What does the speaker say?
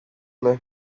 left